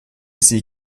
sie